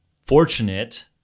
fortunate